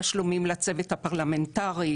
תשלומים לצוות הפרלמנטרי,